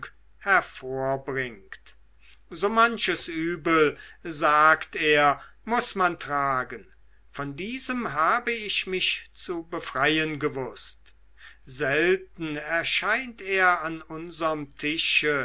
hervorbringt so manches übel sagt er muß man tragen von diesem habe ich mich zu befreien gewußt selten erscheint er an unserm tische